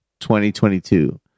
2022